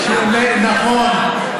נכון.